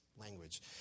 language